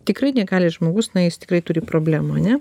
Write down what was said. tikrai negali žmogus na jis tikrai turi problemų ane